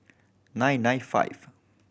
nine nine five